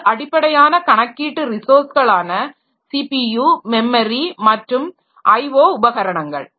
அது அடிப்படையான கணக்கீட்டு ரிஸாேர்ஸ்களான சிபியு மெமரி மற்றும் IO உபகரணங்கள்